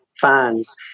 fans